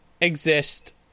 exist